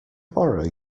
borrow